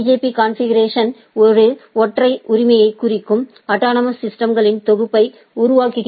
பீ configuration ஒரு ஒற்றை உரிமையை குறிக்கும் அட்டானமஸ் சிஸ்டம்ஸ்களின் தொகுப்பை உருவாக்குகிறது